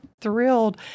thrilled